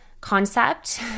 concept